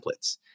templates